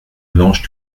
blanches